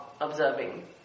observing